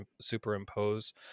superimpose